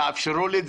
תאפשרו לי.